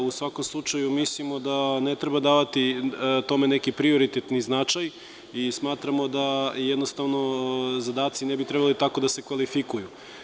U svakom slučaju mislimo da ne treba davati tome neki prioritetni značaj i smatramo da zadaci ne bi trebalo tako da se kvalifikuju.